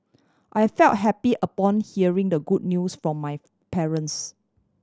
I felt happy upon hearing the good news from my parents